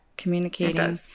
Communicating